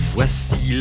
Voici